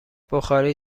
بخاری